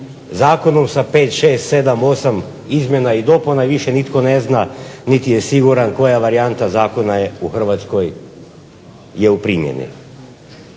zakonom sa 5, 6, 7, 8 izmjena i dopuna i više nitko ne zna niti je siguran koja varijanta zakona je u Hrvatskoj je u primjeni.